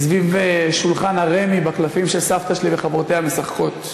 סביב שולחן הרמי בקלפים שסבתא שלי וחברותיה משחקות.